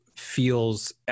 Feels